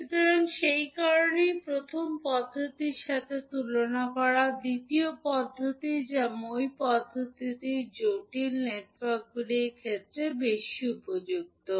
সুতরাং সেই কারণেই প্রথম পদ্ধতির সাথে তুলনা করা দ্বিতীয় পদ্ধতি যা মই পদ্ধতিটি জটিল নেটওয়ার্কগুলির ক্ষেত্রে বেশি উপযুক্ত